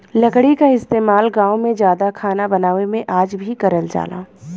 लकड़ी क इस्तेमाल गांव में जादा खाना बनावे में आज भी करल जाला